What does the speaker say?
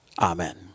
Amen